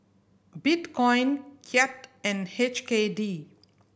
Bitcoin Kyat and H K D